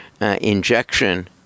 injection